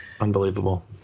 unbelievable